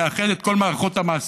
לאחד את כל מערכות המס,